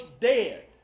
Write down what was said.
dead